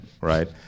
right